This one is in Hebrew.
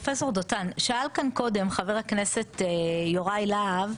פרופסור דותן, שאל כאן קודם חבר הכנסת יוראי להב,